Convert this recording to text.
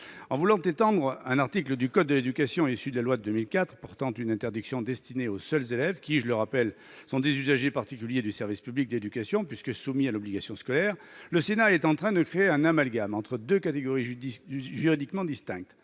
En voulant étendre un article du code de l'éducation, issu de la loi de 2004, portant une interdiction destinée aux seuls élèves, qui- je le rappelle -sont des usagers particuliers du service public de l'éducation puisqu'ils sont soumis à l'obligation scolaire, le Sénat est en train de créer un amalgame entre deux catégories juridiquement distinctes